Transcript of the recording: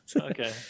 Okay